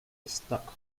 stock